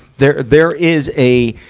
there, there is a,